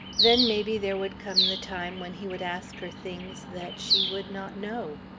then maybe there would come the time when he would ask her things that she would not know.